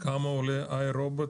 כמה עולה איי-רובוט